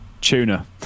Tuna